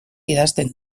idazten